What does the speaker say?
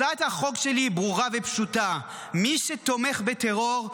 הצעת החוק שלי היא ברורה ופשוטה: מי שתומך בטרור,